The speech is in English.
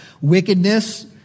Wickedness